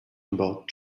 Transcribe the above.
about